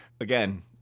Again